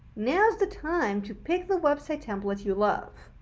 now's the time to pick the website template you love.